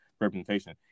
representation